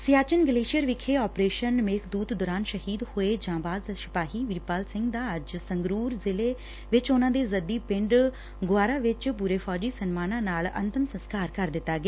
Siachen glacier ਵਿਖੇ operation Meghdoot ਦੌਰਾਨ ਸ਼ਹੀਦ ਹੋਏ ਜਾਂਬਾਜ ਸਿਪਾਹੀ ਵੀਰਪਾਲ ਸਿੰਘ ਦਾ ਅੱਜ ਸੰਗਰੂਰ ਜ਼ਿਲ੍ਹੇ ਵਿਚ ਉਨੂਾਂ ਦੇ ਜੱਦੀ ਪਿੰਡ ਗੁਆਰਾ ਵਿਚ ਪੂਰੇ ਫੌਜੀ ਸਨਮਾਨਾਂ ਨਾਲ ਅੰਤਮ ਸੰਸਕਾਰ ਕਰ ਦਿੱਤਾ ਗਿਆ